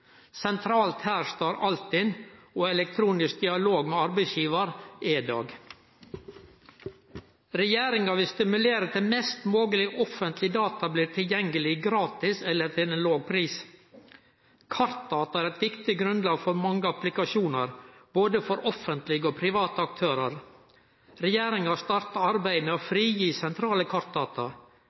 Sentralt her står Altinn og elektronisk dialog med arbeidsgivar, EDAG. Regjeringa vil stimulere til at mest mogeleg offentlege data blir gjort tilgjengeleg gratis eller til ein låg pris. Kartdata er eit viktig grunnlag for mange applikasjonar, både for offentlege og for private aktørar. Regjeringa har starta arbeidet med å frigi sentrale kartdata.